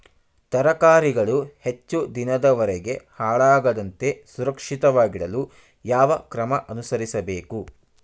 ತರಕಾರಿಗಳು ಹೆಚ್ಚು ದಿನದವರೆಗೆ ಹಾಳಾಗದಂತೆ ಸುರಕ್ಷಿತವಾಗಿಡಲು ಯಾವ ಕ್ರಮ ಅನುಸರಿಸಬೇಕು?